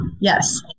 Yes